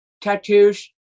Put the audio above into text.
tattoos